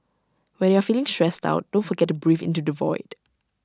when you are feeling stressed out don't forget to breathe into the void